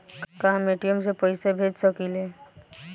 का हम ए.टी.एम से पइसा भेज सकी ले?